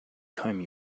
comb